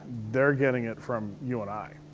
they're getting it from you and i.